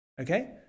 Okay